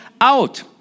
out